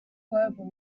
global